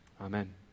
Amen